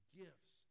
gifts